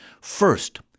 First